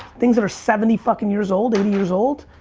things that are seventy fucking years old, eighty years old.